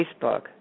Facebook